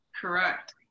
Correct